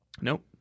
Nope